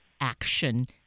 action